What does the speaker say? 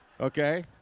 Okay